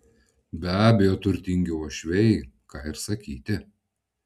be abejo turtingi uošviai ką ir sakyti